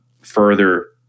further